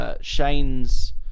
Shane's